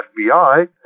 FBI